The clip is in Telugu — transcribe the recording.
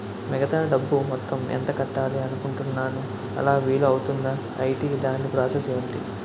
మిగతా డబ్బు మొత్తం ఎంత కట్టాలి అనుకుంటున్నాను అలా వీలు అవ్తుంధా? ఐటీ దాని ప్రాసెస్ ఎంటి?